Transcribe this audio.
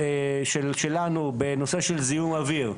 שלנו בנושא של זיהום אוויר.